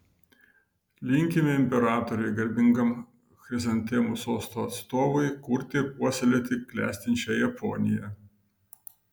linkime imperatoriui garbingam chrizantemų sosto atstovui kurti ir puoselėti klestinčią japoniją